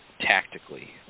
tactically